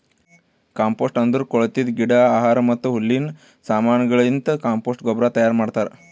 compost ಅಂದುರ್ ಕೊಳತಿದ್ ಗಿಡ, ಆಹಾರ ಮತ್ತ ಹುಲ್ಲಿನ ಸಮಾನಗೊಳಲಿಂತ್ ಕಾಂಪೋಸ್ಟ್ ಗೊಬ್ಬರ ತೈಯಾರ್ ಮಾಡ್ತಾರ್